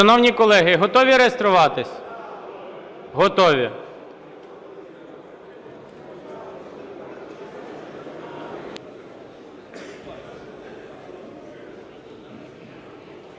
Шановні колеги, готові реєструватися? Готові.